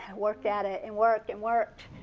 and worked at it and worked and worked.